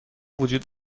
وجود